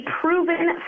proven